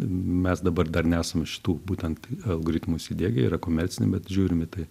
mes dabar dar nesam šitų būtent algoritmų įsidiegę yra komercinė bet žiūrim į tai